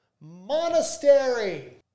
monastery